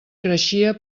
creixia